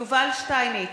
מצביע יובל שטייניץ,